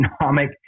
economic